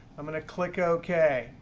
i'm going to click ok.